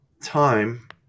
time